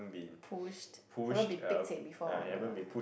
pushed haven't been pek chek before on the